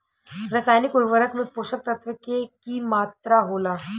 रसायनिक उर्वरक में पोषक तत्व के की मात्रा होला?